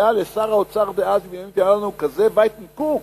היה לשר האוצר דאז בנימין נתניהו כזה "ווייטן קוק"